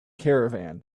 caravan